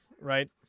Right